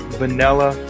vanilla